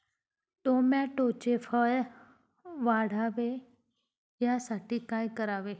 टोमॅटोचे फळ वाढावे यासाठी काय करावे?